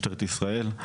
משטרת ישראל.